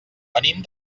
venim